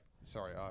Sorry